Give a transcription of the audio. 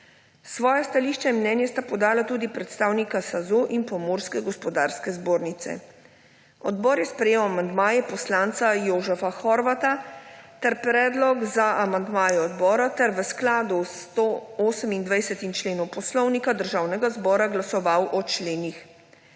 Svoje stališče in mnenje sta podala tudi predstavnika SAZU in Pomurske gospodarske zbornice. Odbor je sprejel amandmaje poslanca Jožefa Horvata ter predlog za amandmaje odbora ter v skladu s 128. členom Poslovnika Državnega zbora glasoval o členih